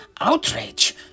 outrage